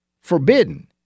forbidden